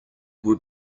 would